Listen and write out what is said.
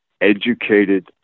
educated